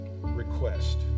request